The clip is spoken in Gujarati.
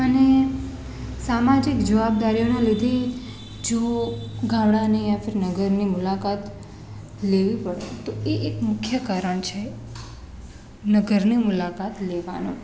અને સામાજિક જવાબદારીઓનાં લીધે જો ગામડાને યા ફીર નગરની મુલાકાત લેવી પડે તો એ એક મુખ્ય કારણ છે નગરને મુલાકાત લેવાનો